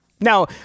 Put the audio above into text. Now